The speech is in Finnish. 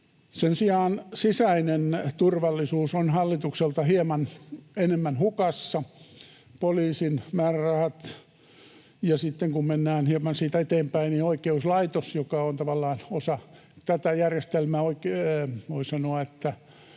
Sen sijaan sisäinen turvallisuus on hallitukselta hieman enemmän hukassa, poliisin määrärahat, ja sitten kun mennään hieman siitä eteenpäin, niin oikeuslaitoksessa, joka on tavallaan osa tätä järjestelmää — voi sanoa, että